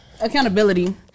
Accountability